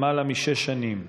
למעלה משש שנים.